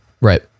right